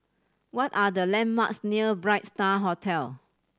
what are the landmarks near Bright Star Hotel